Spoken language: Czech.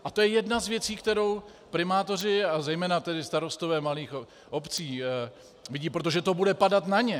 A to je jedna z věcí, kterou primátoři a zejména starostové malých obcí vidí, protože to bude padat na ně.